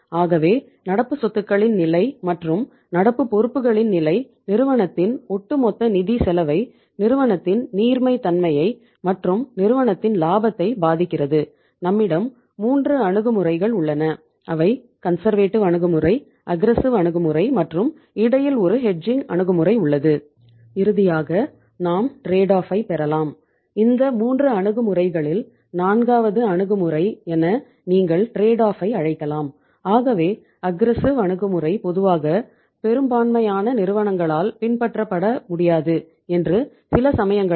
ஆகவே நடப்பு சொத்துக்களின் நிலை மற்றும் நடப்பு பொறுப்புகளின் நிலை நிறுவனத்தின் ஒட்டுமொத்த நிதி செலவை நிறுவனத்தின் நீர்மைத்தமையை மற்றும் நிறுவனத்தின் லாபத்தை பாதிக்கிறது